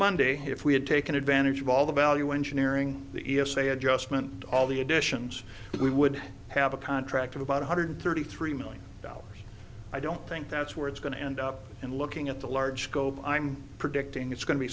monday if we had taken advantage of all the value engineering the e s a adjustment all the additions we would have a contract of about one hundred thirty three million dollars i don't think that's where it's going to end up and looking at the large go but i'm predicting it's go